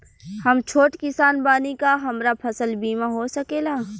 हम छोट किसान बानी का हमरा फसल बीमा हो सकेला?